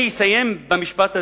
אני אסיים במשפט הזה: